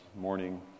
morning